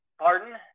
Pardon